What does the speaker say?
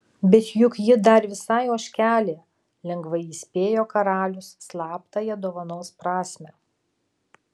bet juk ji dar visai ožkelė lengvai įspėjo karalius slaptąją dovanos prasmę